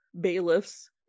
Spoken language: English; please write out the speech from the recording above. bailiffs